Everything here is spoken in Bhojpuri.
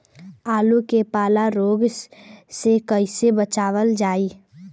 आलू के पाला रोग से कईसे बचावल जाई?